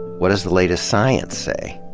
what does the latest science say?